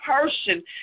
person